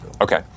Okay